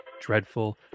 dreadful